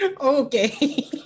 Okay